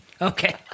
okay